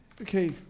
okay